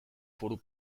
foru